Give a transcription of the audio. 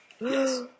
Yes